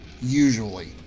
usually